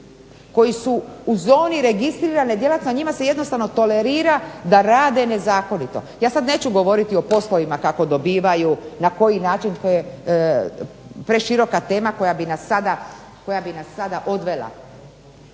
koji su u zoni registrirane djelatnosti. Njima se jednostavno tolerira da rade nezakonito. Ja sad neću govoriti o poslovima kako dobivaju, na koji način, to je preširoka tema koja bi nas sada odvela